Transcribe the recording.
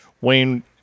Wayne